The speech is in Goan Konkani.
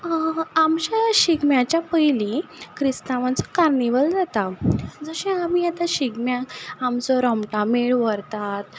आमच्या शिगम्याच्या पयलीं क्रिस्तावांचो कार्निवल जाता जशे आमी आतां शिगम्या आमचो रोमटामेळ व्हरतात